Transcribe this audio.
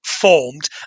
formed